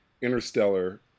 Interstellar